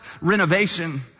renovation